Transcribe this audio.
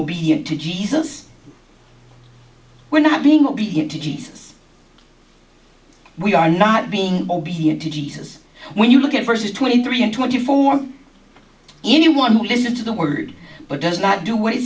obedient to jesus were not being obedient to jesus we are not being obedient to jesus when you look at first twenty three and twenty four anyone who listened to the word but does not do what he